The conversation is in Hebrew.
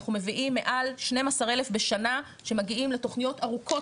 אנחנו מביאים מעל 12,000 בשנה שמגיעים לתוכניות ארוכות,